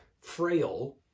frail